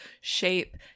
shape